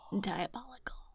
Diabolical